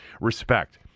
respect